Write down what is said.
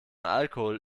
alkohol